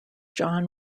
john